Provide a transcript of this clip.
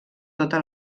tota